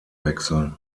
wechseln